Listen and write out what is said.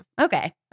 Okay